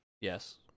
Yes